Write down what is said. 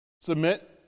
submit